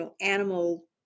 animal